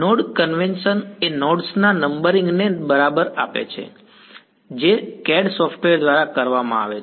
node convention એ nodes ના નંબરિંગને બરાબર આપે છે જે CAD સોફ્ટવેર દ્વારા કરવામાં આવે છે